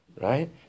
right